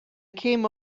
came